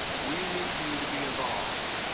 we need you to be involved